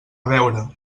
veure